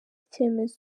icyemezo